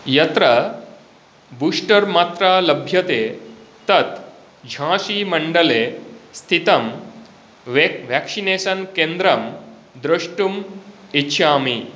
यत्र बूस्टर् मात्रा लभ्यते तत् झांसी मण्डले स्थितं वेक् वेक्सिनेषन् केन्द्रं द्रष्टुम् इच्छामि